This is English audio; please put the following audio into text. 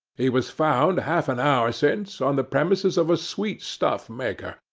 he was found half an hour since on the premises of a sweet-stuff maker,